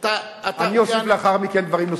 אני אוסיף לאחר מכן דברים.